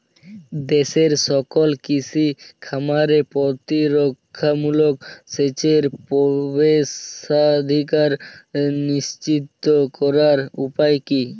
দেশের সকল কৃষি খামারে প্রতিরক্ষামূলক সেচের প্রবেশাধিকার নিশ্চিত করার উপায় কি?